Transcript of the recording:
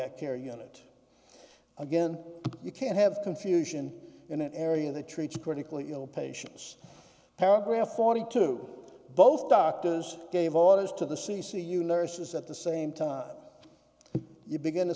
k care unit again you can't have confusion in an area that treats critically ill patients paragraph forty two both doctors gave orders to the c c u nurses at the same time you begin to